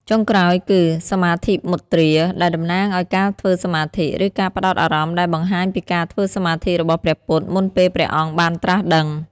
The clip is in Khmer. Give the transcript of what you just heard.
ចុងក្រោយគឺ សមាធិមុទ្រា ដែលតំណាងឱ្យការធ្វើសមាធិ ឬ ការផ្ដោតអារម្មណ៍ ដែលបង្ហាញពីការធ្វើសមាធិរបស់ព្រះពុទ្ធមុនពេលព្រះអង្គបានត្រាស់ដឹង។